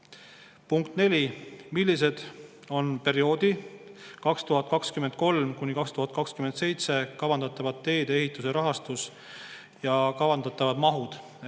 Punkt neli: millised on perioodi 2023–2027 kavandatav teedeehituse rahastus ja kavandatavad mahud?